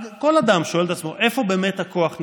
כל אדם שואל את עצמו איפה באמת הכוח נמצא.